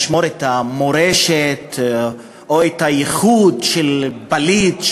שימור המורשת או את הייחוד של פליט,